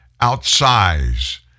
outsize